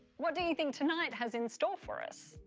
what do you think tonight has in store for us?